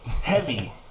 Heavy